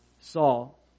Saul